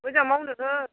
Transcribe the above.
मोजां माव नोङो